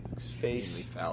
face